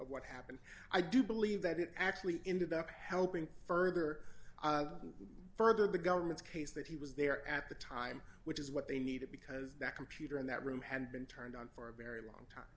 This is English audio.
of what happened i do believe that it actually ended up helping further and further the government's case that he was there at the time which is what they needed because that computer in that room had been turned on for a very long time